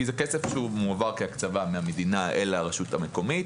כי זה כסף שהוא מועבר כהקצבה מהמדינה אל הרשות המקומית,